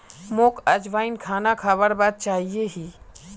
मोक अजवाइन खाना खाबार बाद चाहिए ही